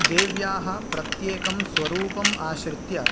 देव्याः प्रत्येकं स्वरूपम् आश्रित्य